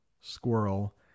squirrel